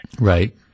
Right